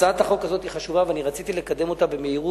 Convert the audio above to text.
הצעת החוק הזו היא חשובה ורציתי לקדם אותה במהירות,